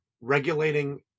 regulating